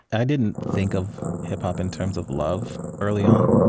i didn't think of hip-hop in terms of love, early on.